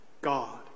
God